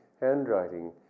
handwriting